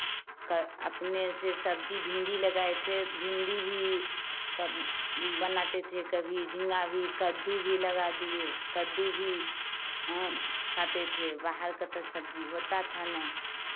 अपने से सब्जी भिंडी लगाए थे भिंडी भी बनाते थे कभी झिंगा भी कद्दू भी लगा दिए कद्दू भी खाते थे बाहर का तो सब्जी होता था नहीं